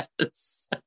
Yes